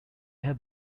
have